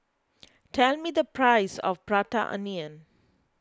tell me the price of Prata Onion